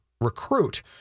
recruit